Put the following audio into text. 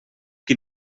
qui